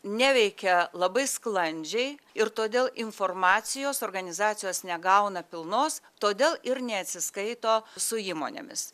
neveikia labai sklandžiai ir todėl informacijos organizacijos negauna pilnos todėl ir neatsiskaito su įmonėmis